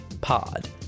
pod